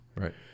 right